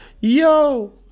yo